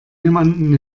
jemanden